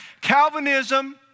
Calvinism